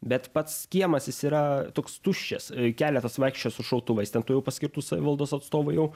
bet pats kiemas jis yra toks tuščias keletas vaikščiojo su šautuvais ten tu jau paskirtų savivaldos atstovų jau